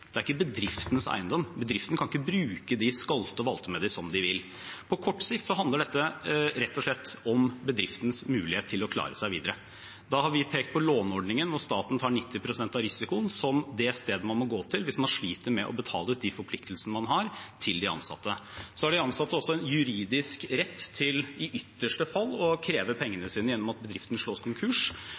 Det er ikke bedriftenes eiendom. Bedriften kan ikke bruke dem, skalte og valte med dem som de vil. På kort sikt handler dette rett og slett om bedriftens mulighet til å klare seg videre. Da har vi pekt på låneordningen hvor staten tar 90 pst. av risikoen som det stedet man må gå til hvis man sliter med å betale ut de forpliktelsene man har til de ansatte. De ansatte har også en juridisk rett til i ytterste fall å kreve pengene sine gjennom at bedriften slås konkurs.